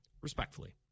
Respectfully